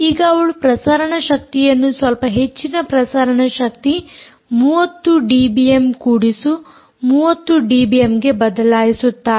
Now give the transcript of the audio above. ಈಗ ಅವಳು ಪ್ರಸಾರಣ ಶಕ್ತಿಯನ್ನು ಸ್ವಲ್ಪ ಹೆಚ್ಚಿನ ಪ್ರಸಾರಣ ಶಕ್ತಿ30 ಡಿಬಿಎಮ್ ಕೂಡಿಸು 30 ಡಿಬಿಎಮ್ ಗೆ ಬದಲಾಯಿಸುತ್ತಾಳೆ